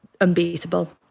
unbeatable